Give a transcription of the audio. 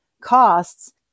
costs